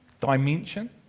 dimension